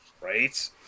right